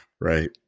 Right